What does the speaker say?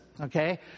okay